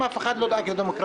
אף אחד לא דאג לדמוקרטיה.